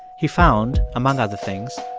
he found, among other things,